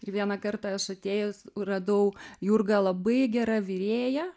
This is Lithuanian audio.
ir vieną kartą aš atėjus radau jurga labai gera virėja